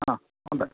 ആ ഉണ്ട്